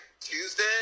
Tuesday